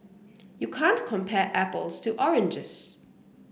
you can't compare apples to oranges